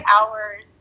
hours